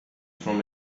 from